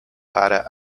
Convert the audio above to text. para